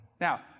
now